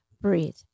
breathe